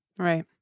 Right